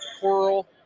Coral